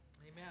Amen